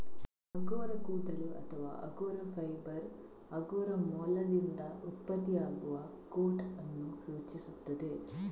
angora ಕೂದಲು ಅಥವಾ angora fibre angora ಮೊಲದಿಂದ ಉತ್ಪತ್ತಿಯಾಗುವ ಕೋಟ್ ಅನ್ನು ಸೂಚಿಸುತ್ತದೆ